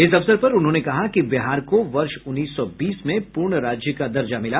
इस अवसर पर उन्होंने कहा कि बिहार को वर्ष उन्नीस सौ बीस में पूर्ण राज्य का दर्जा मिला